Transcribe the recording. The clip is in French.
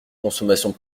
consommation